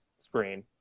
screen